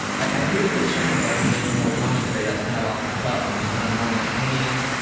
i created this channel so i could make more commentary that's kind of off the cuff and just kind of more my opinions,